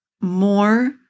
more